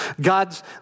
God's